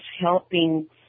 helping